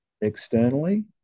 externally